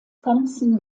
thompson